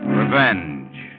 revenge